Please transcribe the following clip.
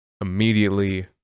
immediately